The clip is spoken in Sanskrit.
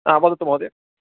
ह वदतु महोदय